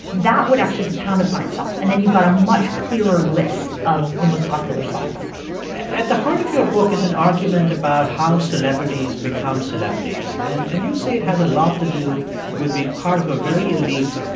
that would actually compound upon itself. and then you got a much clearer list of the most popular songs at the heart of your book is an argument about how celebrities become celebrities. and and you say it has a lot to do with being part of a very elite,